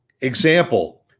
Example